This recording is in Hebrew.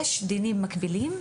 יש דינים מקבילים,